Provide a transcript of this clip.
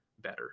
better